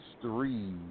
three